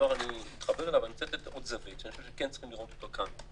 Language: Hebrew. אני רוצה לתת עוד זווית שאני חושב שאנחנו כן צריכים לראות אותה כאן.